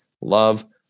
love